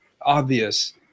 obvious